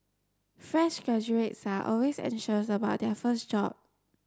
fresh graduates are always anxious about their first job